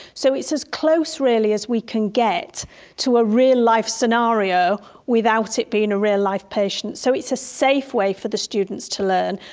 so it's as close really as we can get to a real-life scenario without it being a real-life patient. so it's a safe way for the students to learn.